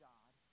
God